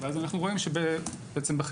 עמודת החינוך הערבי.